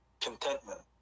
contentment